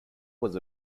was